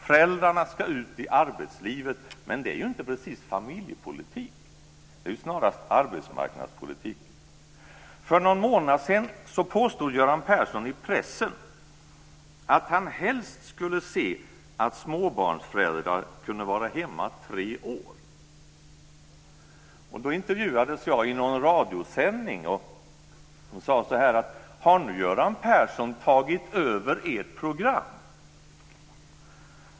Föräldrarna ska ut i arbetslivet, men det är ju inte precis familjepolitik. Det är ju snarast arbetsmarknadspolitik. För någon månad sedan påstod Göran Persson i pressen att han helst skulle se att småbarnsföräldrar kunde vara hemma under tre år. Då intervjuades jag i en radiosändning. Man frågade om Göran Persson nu hade tagit över vårt program.